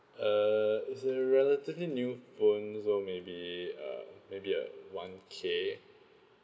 err is it relatively new phone so maybe uh maybe uh one K